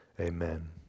Amen